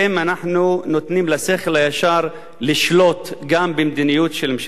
נותנים לשכל הישר לשלוט גם במדיניות של ממשלת ישראל.